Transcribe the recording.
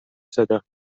صدا